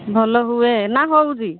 ଭଲ ହୁଏ ନା ହେଉଛି